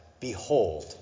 Behold